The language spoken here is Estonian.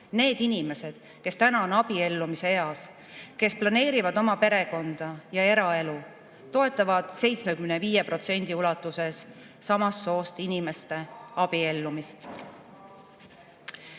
need inimesed, kes praegu on abiellumise eas, kes planeerivad oma perekonda luua, toetavad 75% ulatuses samast soost inimeste abiellumist.